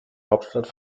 hauptstadt